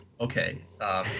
Okay